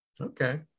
Okay